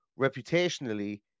reputationally